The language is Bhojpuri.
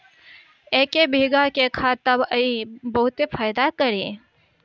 इके भीगा के खा तब इ बहुते फायदा करि